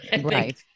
right